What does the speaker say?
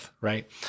right